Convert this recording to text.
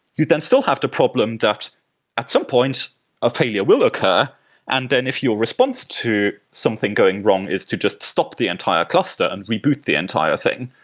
you then still have to problem that at some point a failure will occur and then if your response to something going wrong is to just stop the entire cluster and reboot the entire thing,